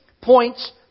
points